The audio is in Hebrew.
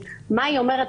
האם יש מידע מודיעיני,